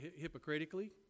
hypocritically